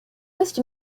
most